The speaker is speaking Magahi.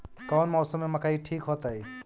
कौन मौसम में मकई ठिक होतइ?